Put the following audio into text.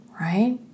right